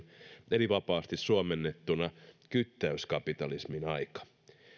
eli vapaasti suomennettuna kyttäyskapitalismin aika